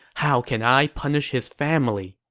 how can i punish his family?